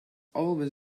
always